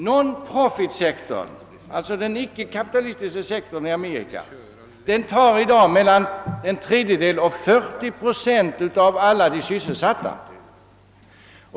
Non profitsektorn, alltså den icke-kapitalistiska sektorn, tar i dag mellan 33 och 40 procent av alla i Amerika sysselsatta.